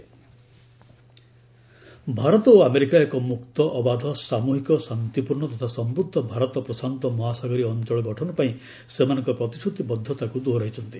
Indo US commitment Bharat ଓ America ଏକ ମୁକ୍ତ ଅବାଧ ସାମୂହିକ ଶାନ୍ତିପୂର୍ଣ୍ଣ ତଥା ସମୃଦ୍ଧ ଭାରତ ପ୍ରଶାନ୍ତ ମହାସାଗରୀୟ ଅଞ୍ଚଳ ଗଠନ ପାଇଁ ସେମାନଙ୍କ ପ୍ରତିଶ୍ରତିବଦ୍ଧତାକୁ ଦୋହରାଇଛନ୍ତି